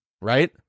right